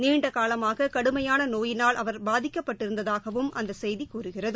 நீண்டகாலமாக கடுமையான நோயினால் அவர் பாதிக்கப்பட்டிருந்ததாகவும் அந்த செய்தி கூறுகிறது